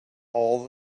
all